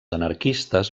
anarquistes